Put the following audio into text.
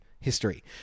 history